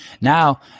Now